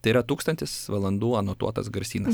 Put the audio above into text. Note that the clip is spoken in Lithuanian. tai yra tūkstantis valandų anotuotas garsynas